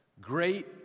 Great